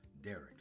Derek